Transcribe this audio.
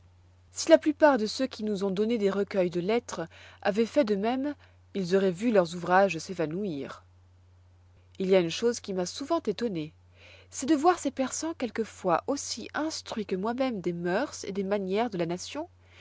si la plupart de ceux qui nous ont donné des recueils de lettres avoient fait de même ils auroient vu leurs ouvrages s'évanouir il y a une chose qui m'a souvent étonné c'est de voir ces persans quelquefois aussi instruits que moi-même des mœurs et des manières de la nation